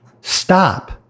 stop